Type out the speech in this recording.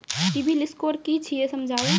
Civil score कि छियै समझाऊ?